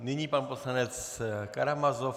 Nyní pan poslanec Karamazov.